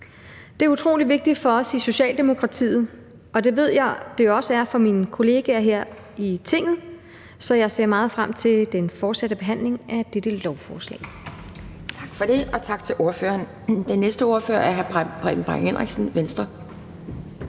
Det er utrolig vigtigt for os i Socialdemokratiet, og det ved jeg også det er for mine kollegaer her i Tinget, så jeg ser meget frem til den fortsatte behandling af dette lovforslag.